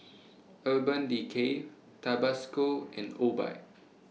Urban Decay Tabasco and Obike